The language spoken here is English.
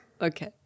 Okay